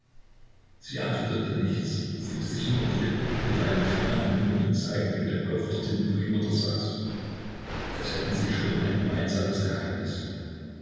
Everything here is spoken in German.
sie antwortete nichts sie biß sich nur in die lippe führte einen finger an den mund und zeigte mit dem kopfe dorthin wo die mutter saß als hätten sie schon ein gemeinsames geheimnis